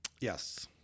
Yes